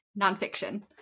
nonfiction